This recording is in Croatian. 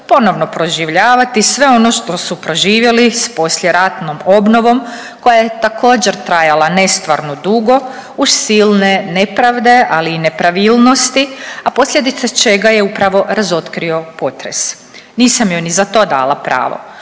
ponovno proživljavati sve ono što su proživjeli s poslijeratnom obnovom koja je također trajala nestvarno dugo uz silne nepravde, ali i nepravilnosti, a posljedice čega je upravo razotkrio potres. Nisam joj ni za to dala pravo,